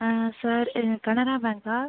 sir இது கனரா பேங்க்கா